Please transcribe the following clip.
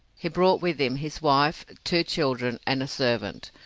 he brought with him his wife, two children, and a servant,